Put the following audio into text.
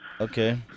Okay